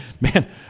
Man